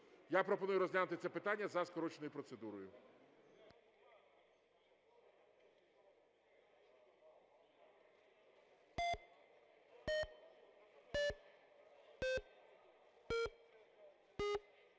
Я пропоную розглянути це питання за скороченою процедурою.